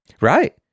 Right